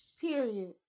period